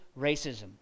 racism